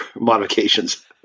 modifications